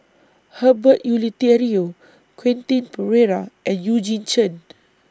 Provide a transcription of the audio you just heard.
Herbert Eleuterio Quentin Pereira and Eugene Chen